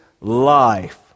life